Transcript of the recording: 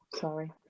sorry